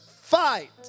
fight